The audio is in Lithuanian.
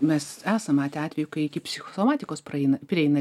mes esam matę atvejų kai iki psichosomatikos praeina prieina